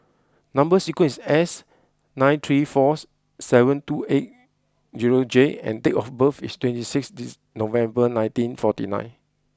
number sequence is S nine three fours seven two eight zero J and date of birth is twenty sixth dizzy November nineteen forty nine